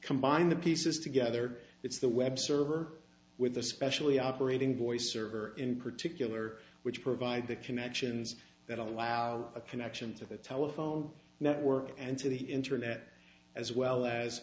combine the pieces together it's the web server with the specially operating voice server in particular which provide the connections that allow a connection to the telephone network and to the internet as well as